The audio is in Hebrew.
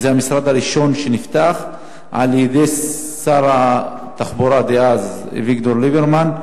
וזה המשרד הראשון שנפתח על-ידי שר התחבורה דאז אביגדור ליברמן,